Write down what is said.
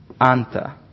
anta